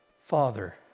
father